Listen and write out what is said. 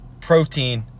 protein